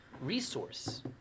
resource